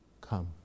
come